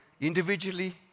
Individually